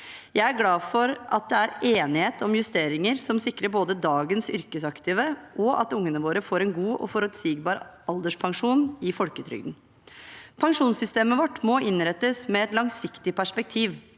Jeg er glad for at det er enighet om justeringer som sikrer både dagens yrkesaktive og at ungene våre får en god og forutsigbar alderspensjon i folketrygden. Pensjonssystemet vårt må innrettes med et langsiktig perspektiv,